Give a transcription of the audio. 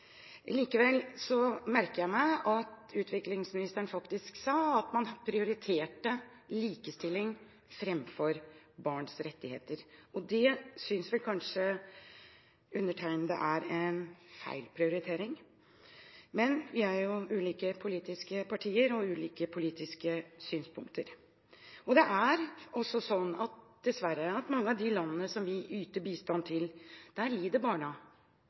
Likevel merker jeg meg at utviklingsministeren faktisk sa at man prioriterte likestilling framfor barns rettigheter. Det synes kanskje undertegnede er en feil prioritering, men vi er ulike politiske partier med ulike politiske synspunkter. Det er dessverre også sånn at i mange av de landene vi yter bistand til, lider barna.